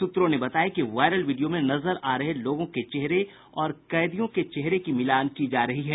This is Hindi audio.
सूत्रों ने बताया कि वायरल वीडियो में नजर आ रहे लोगों के चेहरे और कैदियों के चेहरे की मिलान की जा रही है